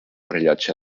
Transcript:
rellotge